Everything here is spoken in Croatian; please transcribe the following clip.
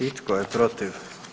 I tko je protiv?